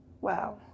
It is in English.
Wow